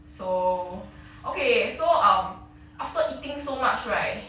so okay so um after eating so much right